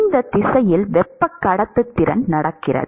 இந்த திசையில் வெப்ப கடத்துத்திறன் நடக்கிறது